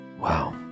Wow